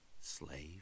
slave